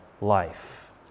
life